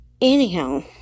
Anyhow